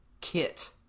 Kit